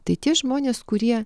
tai tie žmonės kurie